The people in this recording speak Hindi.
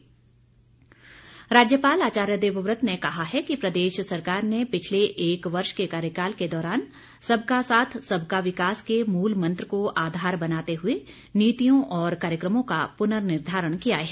अभिभाषण राज्यपाल आचार्य देवव्रत ने कहा है कि प्रदेश सरकार ने पिछले एक वर्ष के कार्यकाल के दौरान सबका साथ सबका विकास के मूल मंत्र को आधार बनाते हुए नीतियों और कार्यक्रमों का पुनर्निधारण किया है